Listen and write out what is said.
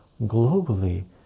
globally